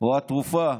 או התרופה,